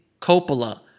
Coppola